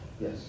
Yes